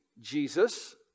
Jesus